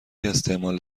استعمال